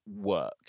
work